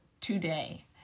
today